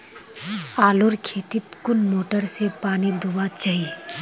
आलूर खेतीत कुन मोटर से पानी दुबा चही?